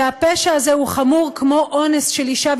שהפשע הזה חמור כמו אונס של אישה,